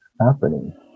happening